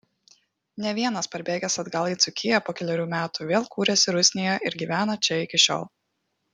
ne vienas parbėgęs atgal į dzūkiją po kelerių metų vėl kūrėsi rusnėje ir gyvena čia iki šiol